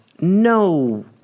no